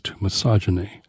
misogyny